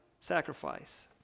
sacrifice